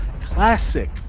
classic